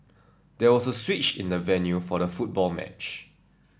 there was a switch in the venue for the football match